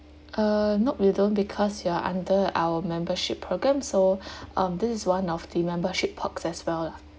uh not we don't because you are under our membership program so um this is one of the membership perks as well lah